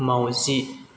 मावजि